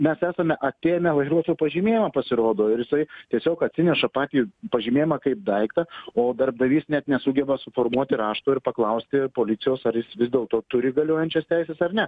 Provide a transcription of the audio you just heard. mes esame atėmę vairuotojo pažymėjimą pasirodo ir jisai tiesiog atsineša patį pažymėjimą kaip daiktą o darbdavys net nesugeba suformuoti rašto ir paklausti policijos ar jis vis dėlto turi galiojančius teisės ar ne